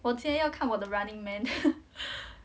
我今天要看我的 running man